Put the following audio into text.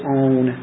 own